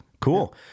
Cool